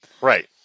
right